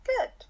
good